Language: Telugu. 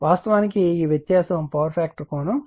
వాస్తవానికి ఈ వ్యత్యాసం పవర్ ఫ్యాక్టర్ కోణం